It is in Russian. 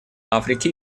африки